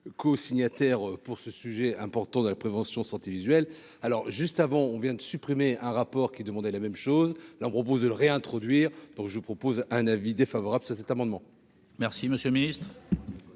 co-signataire pour ce sujet important dans la prévention santé visuelle alors juste avant, on vient de supprimer un rapport qui demandait la même chose l'propose de réintroduire, donc je vous propose un avis défavorable sur cet amendement. Merci, monsieur le Ministre.